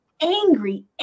angry